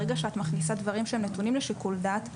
ברגע שאת מכניסה דברים שהם נתונים לשיקול דעת,